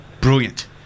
brilliant